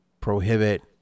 prohibit